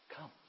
Come